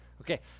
Okay